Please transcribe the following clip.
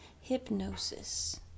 hypnosis